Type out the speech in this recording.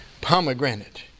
pomegranate